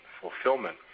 fulfillment